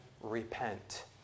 repent